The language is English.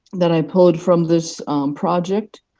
that i pulled from this project.